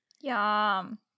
Yum